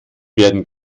werden